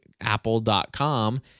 Apple.com